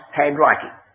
handwriting